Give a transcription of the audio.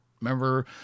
Remember